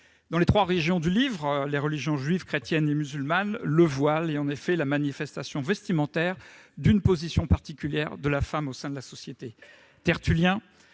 Dans les trois religions du Livre, les religions juive, chrétienne et musulmane, le voile est la manifestation vestimentaire d'une position particulière de la femme au sein de la société. Tertullien,